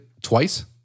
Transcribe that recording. twice